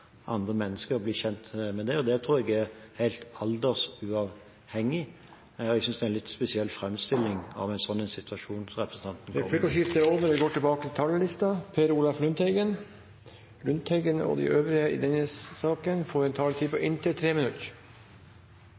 andre mennesker og bli kjent med dem. Det tror jeg er helt aldersuavhengig, og jeg synes representanten gir en litt spesiell framstilling av en slik situasjon. Dermed er replikkordskiftet omme. De talere som heretter får ordet, har en taletid på inntil 3 minutter.